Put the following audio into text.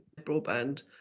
broadband